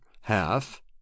half